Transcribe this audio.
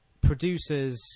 producers